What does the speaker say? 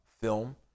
film